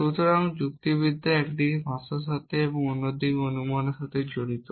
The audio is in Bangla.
সুতরাং যুক্তিবিদ্যা একদিকে ভাষার সাথে এবং অন্যদিকে অনুমানের সাথে জড়িত